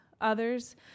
others